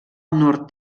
nord